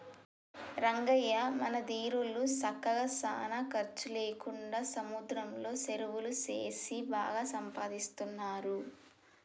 రంగయ్య మన దీరోళ్ళు సక్కగా సానా ఖర్చు లేకుండా సముద్రంలో సెరువులు సేసి బాగా సంపాదిస్తున్నారు